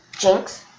Jinx